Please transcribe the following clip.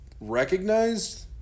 recognized